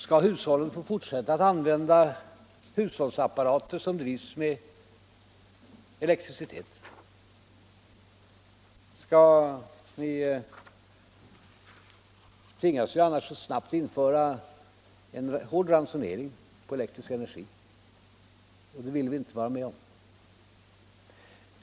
Skall hushållen få fortsätta att använda hushållsapparater som drivs med elektricitet? Man tvingas ju annars att snabbt införa en hård ransonering på elektrisk energi, och det vill vi inte vara med om.